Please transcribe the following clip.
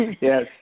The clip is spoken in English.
Yes